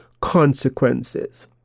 consequences